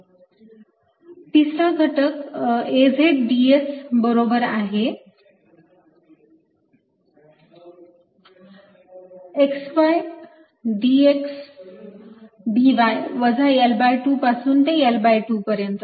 dsAyy2dxdz।yL2 y2dxdz।y L20 तिसरा घटक Az ds बरोबर आहे xy dx dy वजा L2 पासून ते L2 पर्यंत